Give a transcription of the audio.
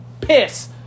piss